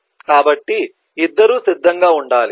కాబట్టి ఇద్దరూ సిద్ధంగా ఉండాలి